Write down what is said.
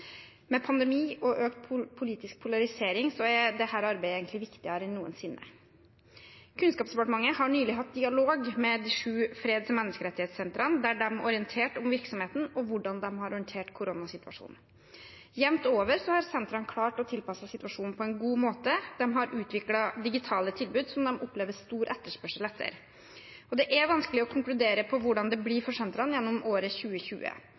Med pandemi og økt politisk polarisering er dette arbeidet egentlig viktigere enn noensinne. Kunnskapsdepartementet har nylig hatt dialog med de sju freds- og menneskerettighetssentrene, der de orienterte om virksomheten og hvordan de har håndtert koronasituasjonen. Jevnt over har sentrene klart å tilpasse seg situasjonen på en god måte. De har utviklet digitale tilbud som de opplever stor etterspørsel etter. Det er vanskelig å konkludere på hvordan det blir for sentrene gjennom året 2020.